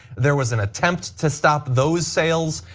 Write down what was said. there was an attempt to stop those sales,